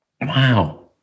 Wow